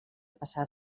passar